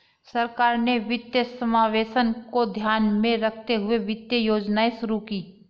सरकार ने वित्तीय समावेशन को ध्यान में रखते हुए वित्तीय योजनाएं शुरू कीं